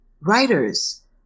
writers